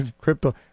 crypto